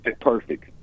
perfect